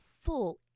full